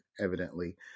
evidently